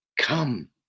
come